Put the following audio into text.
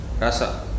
rasa